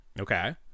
okay